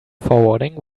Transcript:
forwarding